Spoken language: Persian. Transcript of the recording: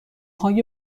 های